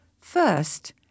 First